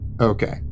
Okay